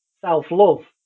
self-love